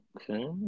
Okay